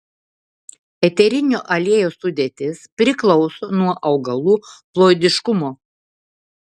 eterinio aliejaus sudėtis priklauso nuo augalų ploidiškumo